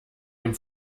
dem